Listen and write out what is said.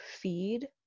feed